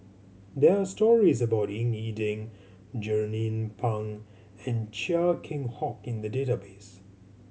there are stories about Ying E Ding Jernnine Pang and Chia Keng Hock in the database